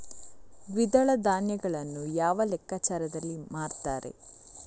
ದ್ವಿದಳ ಧಾನ್ಯಗಳನ್ನು ಯಾವ ಲೆಕ್ಕಾಚಾರದಲ್ಲಿ ಮಾರ್ತಾರೆ?